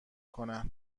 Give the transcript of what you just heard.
کنن